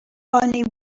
only